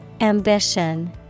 Ambition